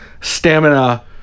stamina